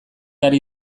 ari